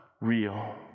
real